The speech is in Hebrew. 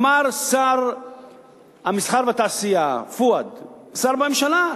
אמר שר המסחר והתעשייה, פואד, שר בממשלה,